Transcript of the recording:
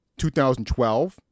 2012